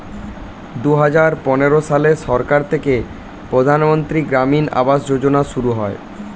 দুহাজার পনেরো সালে সরকার থেকে প্রধানমন্ত্রী গ্রামীণ আবাস যোজনা শুরু হয়